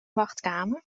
wachtkamer